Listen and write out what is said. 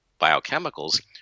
biochemicals